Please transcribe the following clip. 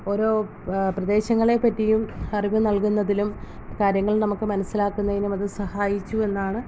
ഓരോ പ്രദേശങ്ങളെപ്പറ്റിയും അറിവ് നൽകുന്നതിലും കാര്യങ്ങൾ നമുക്ക് മനസ്സിലാക്കുന്നതിനും അത് സഹായിച്ചു എന്നാണ്